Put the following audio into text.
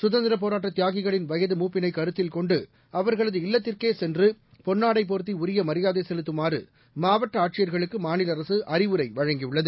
சுதந்திரப் போராட்ட தியாகிகளின் வயது மூப்பினை கருத்தில் கொண்டு அவர்களது இல்லத்திற்கே சென்று பொன்னாடை போர்த்தி உரிய மரியாதை செலுத்தமாறு மாவட்ட ஆட்சியர்களுக்கு மாநில அரசு அறிவுரை வழங்கியுள்ளது